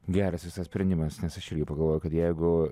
geras visai sprendimas nes aš irgi pagalvojau kad jeigu